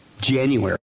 january